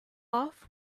off